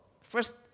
first